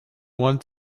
want